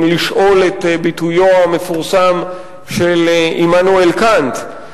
אם לשאול את ביטויו המפורסם של עמנואל קאנט,